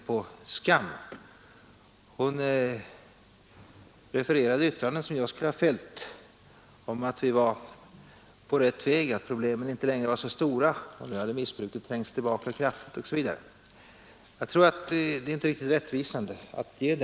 Fru Eriksson refererade yttranden som jag skulle ha fällt om att vi var på rätt väg, att problemen inte längre var så stora och att nu hade missbruket svängt tillbaka kraftigt osv. En sådan bild är nog inte rättvisande.